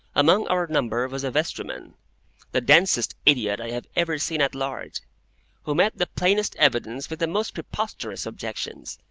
among our number was a vestryman the densest idiot i have ever seen at large who met the plainest evidence with the most preposterous objections,